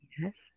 Yes